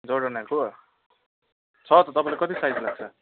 जोर्डोनाको छ त तपाईँलाई कति साइज लाग्छ